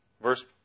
Verse